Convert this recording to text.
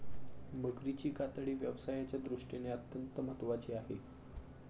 मगरीची कातडी व्यवसायाच्या दृष्टीने अत्यंत महत्त्वाची आहे